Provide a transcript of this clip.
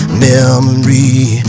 memory